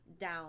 down